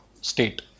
state